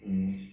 mm